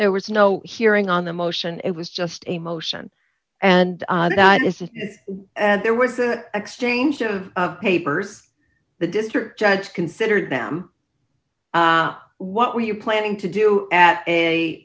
there was no hearing on the motion it was just a motion and that is it and there was an exchange of papers the district judge considered them what were you planning to do at a